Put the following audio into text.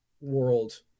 World